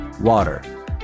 Water